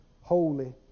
holy